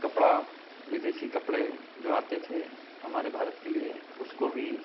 कपड़ा विदेशी कपड़े जो आते थे हमारे भारत के लिए उसको भी